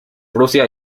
prusia